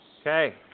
okay